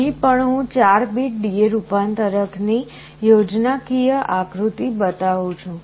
અહીં પણ હું 4 બીટ DA રૂપાંતરક ની યોજનાકીય આકૃતિ બતાવું છું